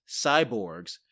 cyborgs